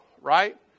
right